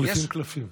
מחליפים קלפים.